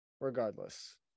Regardless